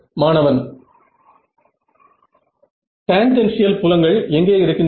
மாணவன் டேன்ஜென்ஷியல் புலங்கள் எங்கே இருக்கின்றன